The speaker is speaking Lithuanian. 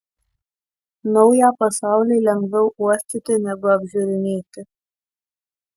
naują pasaulį lengviau uostyti negu apžiūrinėti